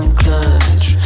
clutch